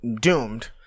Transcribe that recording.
doomed